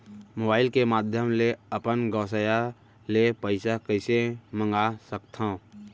Mobile के माधयम ले अपन गोसैय्या ले पइसा कइसे मंगा सकथव?